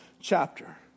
chapter